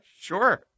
Sure